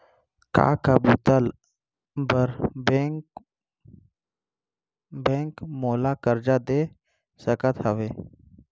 का का बुता बर बैंक मोला करजा दे सकत हवे?